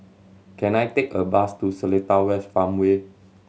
can I take a bus to Seletar West Farmway